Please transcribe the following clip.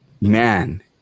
man